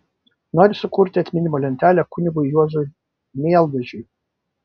nori sukurti atminimo lentelę kunigui juozui mieldažiui